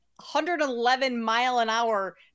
111-mile-an-hour